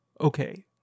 okay